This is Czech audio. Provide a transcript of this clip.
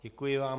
Děkuji vám.